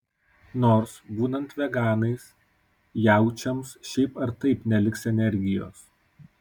nors būnant veganais jaučiams šiaip ar taip neliks energijos